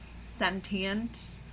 sentient